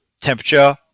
temperature